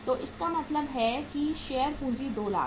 तो इसका मतलब है कि शेयर पूंजी 2 लाख है